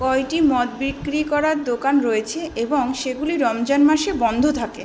কয়েকটি মদ বিক্রি করার দোকান রয়েছে এবং সেগুলি রমজান মাসে বন্ধ থাকে